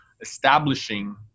establishing